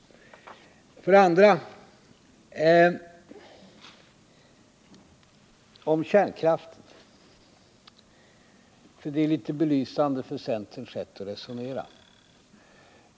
Frågan om kärnkraften ger en belysning av centerns sätt att resonera.